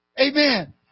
Amen